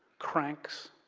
cranks,